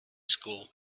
school